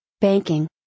Banking